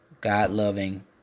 God-loving